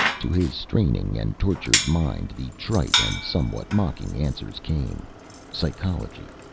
to his straining and tortured mind the trite and somewhat mocking answers came psychology.